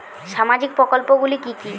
সামাজিক প্রকল্প গুলি কি কি?